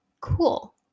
Cool